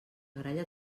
gralla